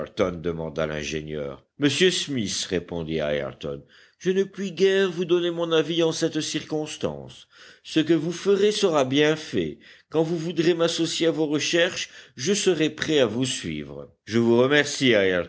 ayrton demanda l'ingénieur monsieur smith répondit ayrton je ne puis guère vous donner mon avis en cette circonstance ce que vous ferez sera bien fait quand vous voudrez m'associer à vos recherches je serai prêt à vous suivre je vous remercie